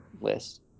list